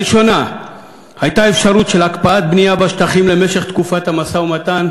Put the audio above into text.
הראשונה הייתה אפשרות של הקפאת הבנייה בשטחים למשך תקופת המשא-ומתן,